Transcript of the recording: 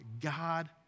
God